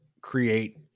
create